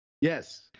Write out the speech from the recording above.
Yes